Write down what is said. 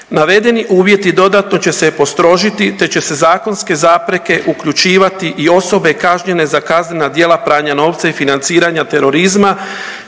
Navedeni uvjeti dodatno će se postrožiti te će se zakonske zapreke uključivati i osobe kažnjene za kaznena djela pranja novca i financiranja terorizma